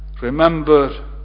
remember